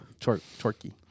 Chorky